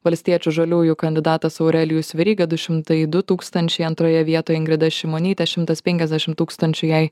valstiečių žaliųjų kandidatas aurelijus veryga du šimtai du tūkstančiai antroje vietoje ingrida šimonytė šimtas penkiasdešimt tūkstančių jei